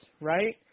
right